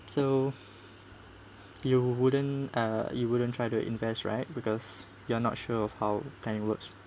so you wouldn't uh you wouldn't try to invest right because you're not sure of how kind it works